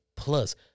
Plus